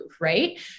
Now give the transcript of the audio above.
Right